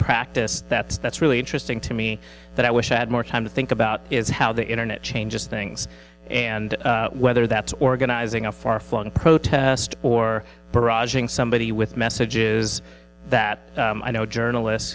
practice that's that's really interesting to me that i wish i had more time to think about is how the internet changes things and whether that's organizing a far flung protest or barraging somebody with messages that i know journalists